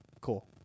cool